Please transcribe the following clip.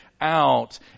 out